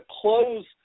close